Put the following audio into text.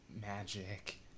magic